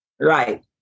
Right